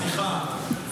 סליחה.